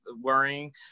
worrying